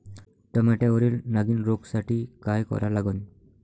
टमाट्यावरील नागीण रोगसाठी काय करा लागन?